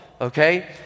okay